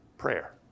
Prayer